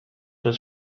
was